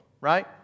right